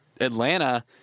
Atlanta